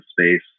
space